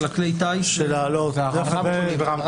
בנוגע